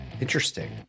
Interesting